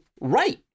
right